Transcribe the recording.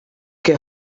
ket